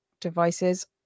devices